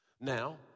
Now